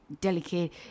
delicate